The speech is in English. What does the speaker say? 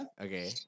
Okay